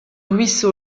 ruisseau